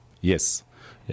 Yes